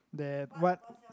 they have what